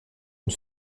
une